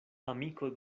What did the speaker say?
amiko